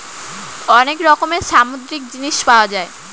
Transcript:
অনেক রকমের সামুদ্রিক জিনিস পাওয়া যায়